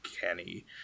Kenny